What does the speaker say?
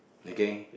okay